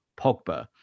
Pogba